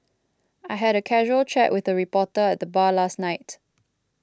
I had a casual chat with a reporter at the bar last night